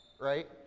right